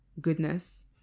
goodness